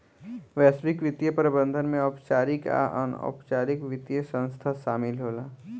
वैश्विक वित्तीय प्रबंधन में औपचारिक आ अनौपचारिक वित्तीय संस्थान शामिल होला